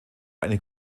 eine